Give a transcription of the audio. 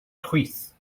chwith